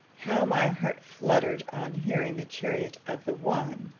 how my heart fluttered on hearing the chariot of the one,